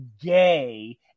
gay